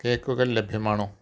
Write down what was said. കേക്കുകൾ ലഭ്യമാണോ